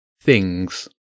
Things